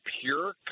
pure